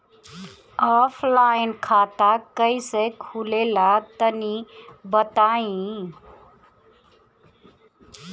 Offline खाता कइसे खुलेला तनि बताईं?